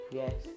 yes